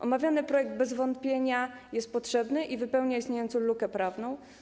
Omawiany projekt bez wątpienia jest potrzebny i wypełnia istniejącą lukę prawną.